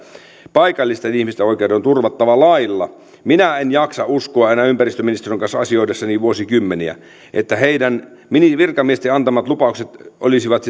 paikallisten ihmisten oikeudet on turvattava lailla minä en jaksa uskoa enää ympäristöministeriön kanssa asioituani vuosikymmeniä että virkamiesten antamat lupaukset olisivat